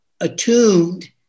attuned